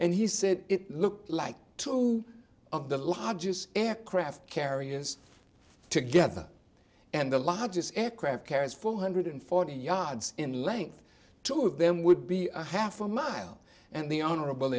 and he said it looked like two of the largest aircraft carriers together and the largest aircraft carriers four hundred forty yards in length two of them would be a half a mile and the honorable